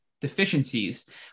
deficiencies